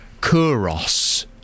Kuros